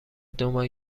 دوماه